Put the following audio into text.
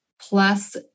plus